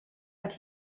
but